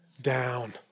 down